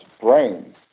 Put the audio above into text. brain